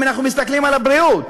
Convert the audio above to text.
אם אנחנו מסתכלים על הבריאות